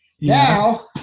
Now